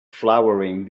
flowering